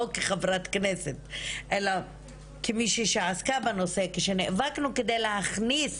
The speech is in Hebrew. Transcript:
לא כחברת כנסת אלא כמישהי שעסקה בנושא כשנאבקנו כדי להכניס